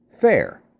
FAIR